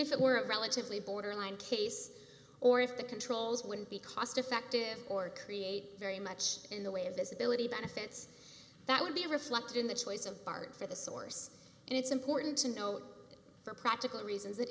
if it were a relatively borderline case or if the controls wouldn't be cost effective or create very much in the way of disability benefits that would be reflected in the choice of part for the source and it's important to note that for practical reasons th